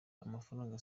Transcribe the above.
amafaranga